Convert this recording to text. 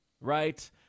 right